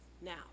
Now